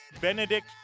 Benedict